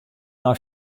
nei